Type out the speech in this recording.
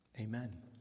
Amen